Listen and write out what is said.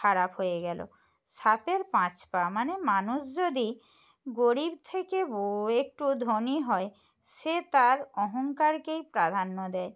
খারাপ হয়ে গেলো সাপের পাঁচ পা মানে মানুষ যদি গরিব থেকে একটু ধনী হয় সে তার অহংকারকেই প্রাধান্য দেয়